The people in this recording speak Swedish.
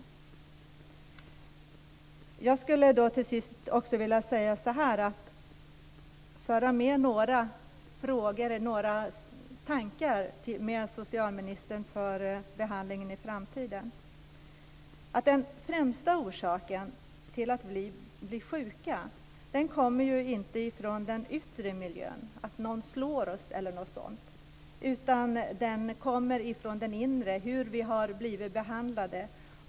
Sedan skulle jag vilja föra med några tankar till socialministern inför behandlingen i framtiden. Den främsta orsaken till att vi blir sjuka härrör inte från den yttre miljön, att någon slår oss eller så. I stället härrör den från den inre miljön, hur vi har blivit behandlade.